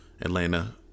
atlanta